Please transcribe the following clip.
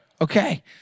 Okay